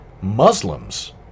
Muslims